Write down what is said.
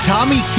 Tommy